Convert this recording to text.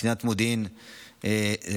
קצינת המודיעין סיוון,